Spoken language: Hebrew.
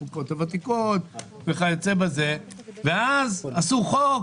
הקופות הוותיקות וכיוצא בזה ואז עשו חוק